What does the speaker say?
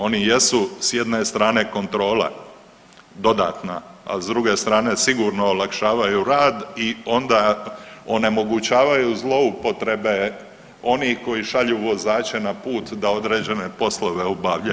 Oni jesu s jedne strane kontrola dodatna, a s druge strane sigurno olakšavaju rad i onda onemogućavaju zloupotrebe onih koji šalju vozače na put da određene poslove obavljaju.